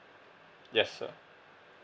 yes sir